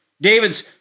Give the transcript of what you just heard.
David's